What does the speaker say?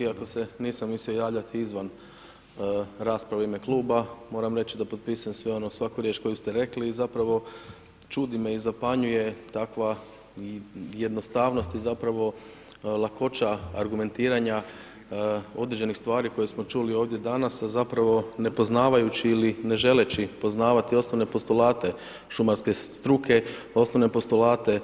Iako se nisam mislio javljati izvan rasprave u ime Kluba, moram reći da potpisujem sve ono, svaku riječ koju ste rekli, i zapravo čudi me i zapanjuje takva, i jednostavnost, i zapravo lakoća argumentiranja određenih stvari koje smo čuli ovdje danas, a zapravo ne poznavajući ili ne želeći poznavati osnovne postulate šumarske struke, osnovne postulate